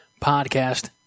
podcast